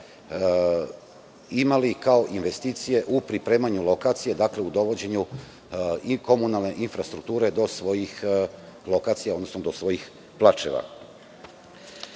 imali, kao investicije, u pripremanju lokacije. Dakle, u dovođenju i komunalne infrastrukture do svojih lokacija, odnosno do svojih placeva. Ovim